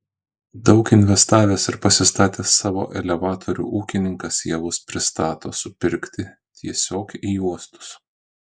daug investavęs ir pasistatęs savo elevatorių ūkininkas javus pristato supirkti tiesiog į uostus